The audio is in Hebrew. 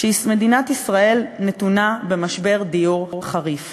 שמדינת ישראל נתונה במשבר דיור חריף